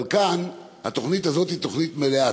אבל כאן, התוכנית הזאת היא תוכנית מלאה.